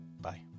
Bye